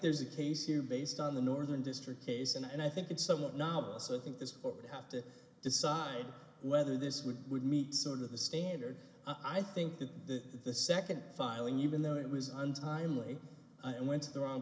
there's a case here based on the northern district case and i think it's somewhat novel so i think this court would have to decide whether this would would meet sort of the standard i think that the the second filing even though it was untimely and went to the wrong